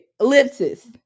Ellipsis